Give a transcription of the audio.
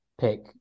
pick